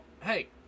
hey